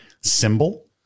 symbol